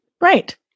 Right